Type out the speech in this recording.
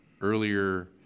earlier